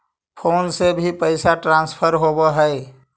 Phone से भी पैसा ट्रांसफर होवहै?